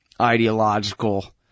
ideological